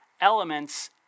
elements